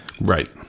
right